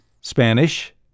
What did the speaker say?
Spanish